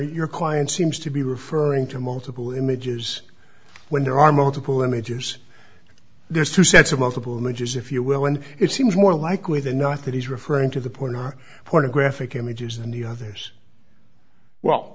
your client seems to be referring to multiple images when there are multiple images there's two sets of multiple images if you will and it seems more likely than not that he's referring to the porn are pornographic images and the others well